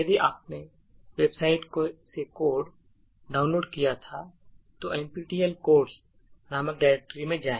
यदि आपने वेबसाइट से कोड डाउनलोड किया था तो NPTEL CODES नामक directory में जाएँ